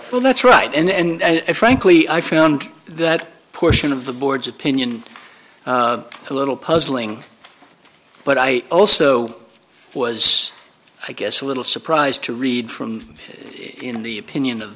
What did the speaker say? well that's right and frankly i found that portion of the board's opinion a little puzzling but i also was i guess a little surprised to read from in the opinion of